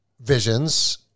visions